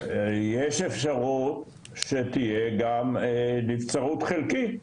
יש אפשרות שתהיה גם נבצרות חלקית,